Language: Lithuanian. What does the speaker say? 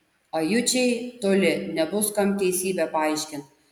ajučiai toli nebus kam teisybę paaiškint